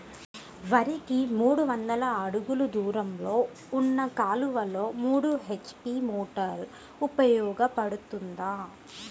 వరికి మూడు వందల అడుగులు దూరంలో ఉన్న కాలువలో మూడు హెచ్.పీ మోటార్ ఉపయోగపడుతుందా?